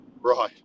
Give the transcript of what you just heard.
right